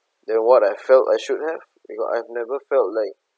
than what I felt I should have because I have never felt like